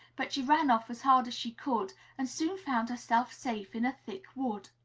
but she ran off as hard as she could and soon found herself safe in a thick wood.